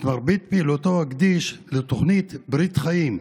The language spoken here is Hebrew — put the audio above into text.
את מרבית פעילותו הקדיש לתוכנית ברית חיים,